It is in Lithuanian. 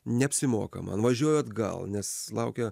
neapsimoka man važiuoju atgal nes laukia